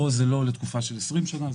ופה זה לא לתקופה של 20 שנה,